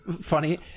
funny